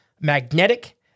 magnetic